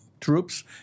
troops